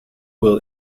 will